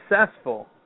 successful